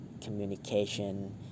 communication